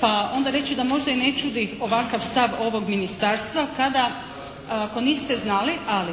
pa onda reći da možda i ne čudi ovakav stav ovog Ministarstva kada ako niste znali ali